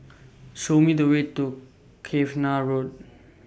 Show Me The Way to Cavenagh Road